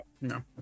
No